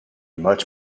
much